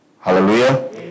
Hallelujah